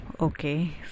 okay